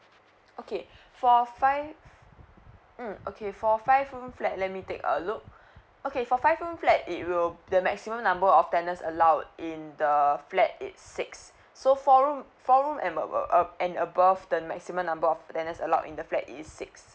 okay for five mm okay for five room flat let me take a look okay for five room flat it will the maximum number of tenants allowed in the flat is six so four room four room and uh uh and above the maximum number of tenants allowed in the flat is six